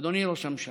אדוני ראש הממשלה,